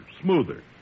smoother